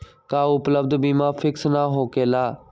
का उपलब्ध बीमा फिक्स न होकेला?